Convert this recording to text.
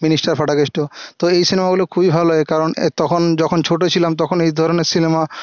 minister Phata Keshto তো এই সিনেমাগুলো খুবই ভালো লাগে কারণ তখন যখন ছোটো ছিলাম তখন এই ধরনের সিনেমা